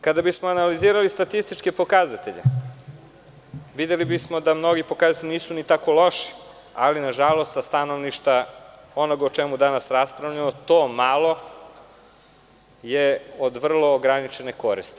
Kada bismo analizirali statističke pokazatelje, videli bismo da mnogi pokazatelji nisu ni tako loši, ali, nažalost, sa stanovišta onoga o čemu danas raspravljamo, to je od vrlo ograničene koristi.